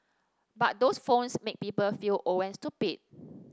but those phones make people feel old and stupid